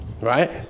right